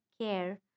care